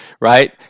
right